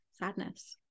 sadness